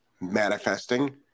manifesting